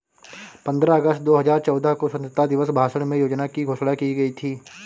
पन्द्रह अगस्त दो हजार चौदह को स्वतंत्रता दिवस भाषण में योजना की घोषणा की गयी थी